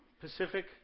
Pacific